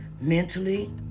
mentally